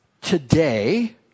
today